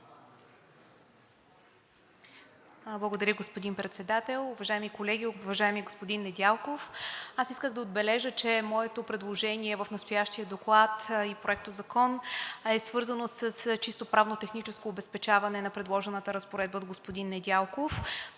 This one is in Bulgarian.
Благодаря, господин Председател. Уважаеми колеги, уважаеми господин Недялков! Аз исках да отбележа, че моето предложение в настоящия доклад и проектозакон е свързано с чисто правно-техническо обезпечаване на предложената разпоредба от господин Недялков.